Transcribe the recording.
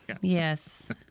yes